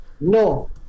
No